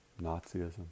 Nazism